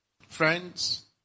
friends